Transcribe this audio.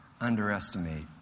underestimate